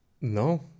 no